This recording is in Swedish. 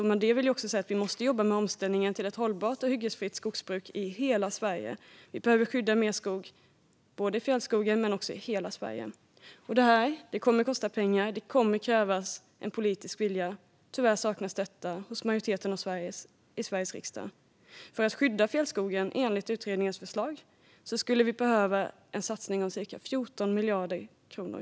Med det vill jag säga att vi måste jobba med omställningen till ett hållbart och hyggesfritt skogsbruk i hela Sverige. Vi behöver skydda mer skog - både fjällskogen och skogen i hela Sverige. Det kommer att kosta pengar, och det kommer att krävas politisk vilja. Tyvärr saknas detta hos majoriteten i Sveriges riksdag. För att skydda fjällskogen enligt utredningens förslag skulle vi behöva en satsning om cirka 14 miljarder kronor.